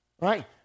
right